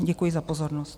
Děkuji za pozornost.